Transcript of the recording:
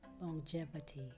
longevity